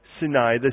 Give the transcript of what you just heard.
Sinai